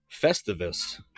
Festivus